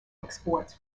exports